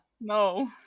No